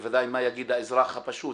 בוודאי מה יגיד האזרח הפשוט